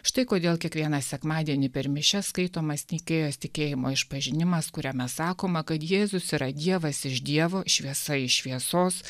štai kodėl kiekvieną sekmadienį per mišias skaitomas nikėjos tikėjimo išpažinimas kuriame sakoma kad jėzus yra dievas iš dievo šviesa iš šviesos